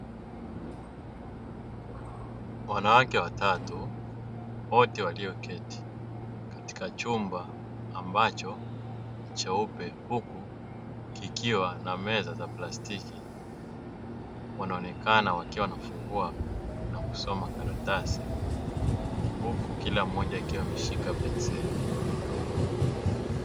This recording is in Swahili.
Wanawake watatu; wote walioketi katika chumba ambacho ni cheupe huku kikiwa na meza za plastiki, wanaonekana wakiwa wanafungua na kusoma karatasi huku kila mmoja akiwa ameshika penseli.